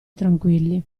tranquilli